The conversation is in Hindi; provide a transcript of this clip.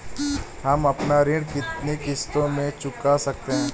हम अपना ऋण कितनी किश्तों में चुका सकते हैं?